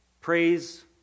praise